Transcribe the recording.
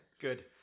Good